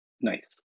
Nice